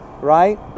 right